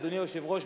אדוני היושב-ראש,